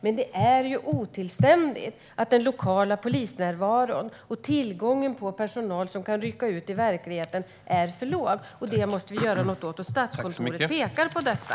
Men det är otillständigt att den lokala polisnärvaron och tillgången på personal som kan rycka ut i verkligheten är för låg. Det måste vi göra något åt. Statskontoret pekar på detta.